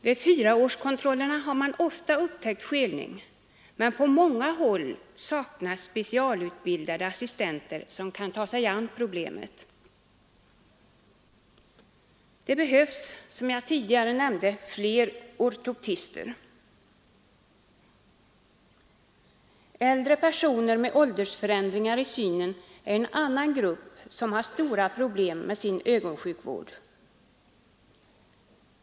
Vid fyraårskontrollerna har man ofta upptäckt skelning, men på många håll saknas specialutbildade assistenter som kan ta sig an problemet. Det behövs, som jag tidigare nämnde, fler ortoptister som kan lära skelande barn samsyn. Äldre personer med åldersförändringar i synförmågan är en annan grupp som har stora problem med sin ögonsjukvård.